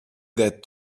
that